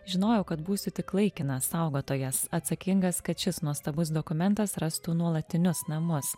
žinojau kad būsiu tik laikinas saugotojas atsakingas kad šis nuostabus dokumentas rastų nuolatinius namus